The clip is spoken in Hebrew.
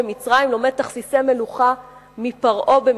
לומד תכסיסי מלוכה מפרעה במצרים,